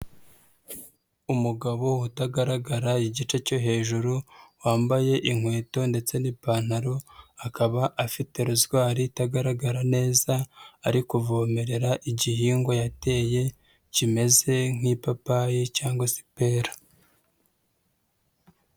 Umugabo utagaragara igice cyo hejuru wambaye inkweto ndetse n'ipantaro, akaba afite rezwari itagaragara neza, ari kuvomerera igihingwa yateye kimeze nk'ipapayi cyangwa se ipera.